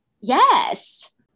Yes